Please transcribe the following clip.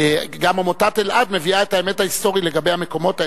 גם עמותת אלע"ד מביאה את האמת ההיסטורית לגבי המקומות האלה,